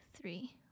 three